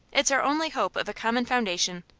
it's our only hope of a common foundation.